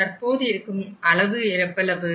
தற்போது இருக்கும் அளவு எவ்வளவு